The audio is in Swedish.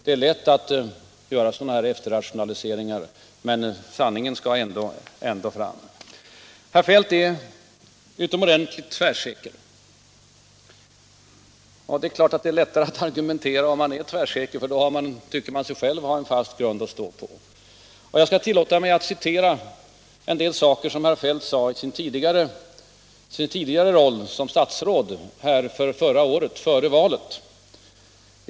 Det är lätt att göra efterrationaliseringar, men sanningen skall ändå fram. Herr Feldt är utomordentligt tvärsäker, och det är klart att det är lättare att argumentera om man är tvärsäker, för då tycker man åtminstone själv att man har en fast grund att stå på. Jag skall tillåta mig att återge en del saker som herr Feldt sade i sin tidigare roll som statsråd förra året, före valet.